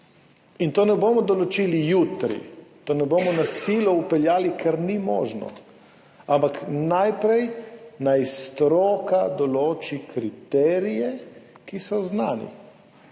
Tega ne bomo določili jutri, tega ne bomo na silo vpeljali, ker ni možno, ampak najprej naj stroka določi kriterije, ki so znani.